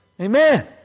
Amen